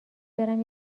برم